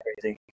crazy